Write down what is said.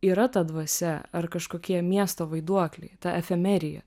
yra ta dvasia ar kažkokie miesto vaiduokliai ta efemerija